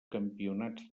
campionats